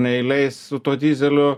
neįleis su tuo dyzeliu